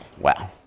wow